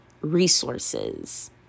resources